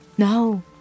No